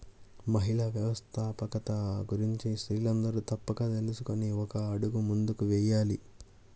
మహిళా వ్యవస్థాపకత గురించి స్త్రీలందరూ తప్పక తెలుసుకొని ఒక అడుగు ముందుకు వేయాలి